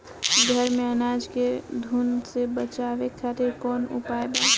घर में अनाज के घुन से बचावे खातिर कवन उपाय बा?